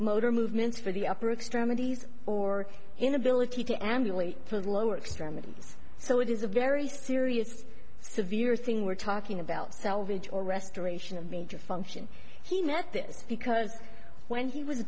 motor movements for the upper extremities or inability to and you wait for the lower extremities so it is a very serious severe thing we're talking about salvage or restoration of major function he met this because when he was